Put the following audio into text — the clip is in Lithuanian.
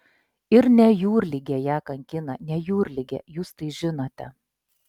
ir ne jūrligė ją kankina ne jūrligė jūs tai žinote